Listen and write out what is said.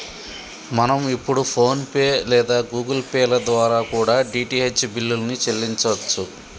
మనం ఇప్పుడు ఫోన్ పే లేదా గుగుల్ పే ల ద్వారా కూడా డీ.టీ.హెచ్ బిల్లుల్ని చెల్లించచ్చు